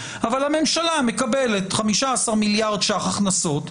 שהממשלה מקבלת 15 מיליארד שקל הכנסות,